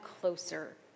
closer